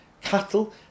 cattle